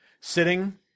sitting